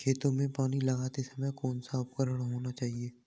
खेतों में पानी लगाते समय कौन सा उपकरण होना चाहिए?